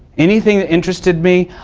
anything that interested me,